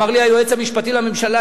אמר לי היועץ המשפטי לממשלה,